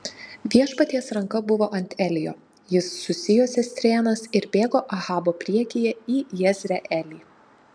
viešpaties ranka buvo ant elijo jis susijuosė strėnas ir bėgo ahabo priekyje į jezreelį